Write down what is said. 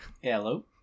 hello